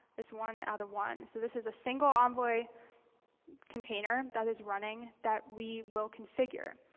this one out of one. so this is a single envoy container that is running that we will configure.